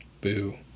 Boo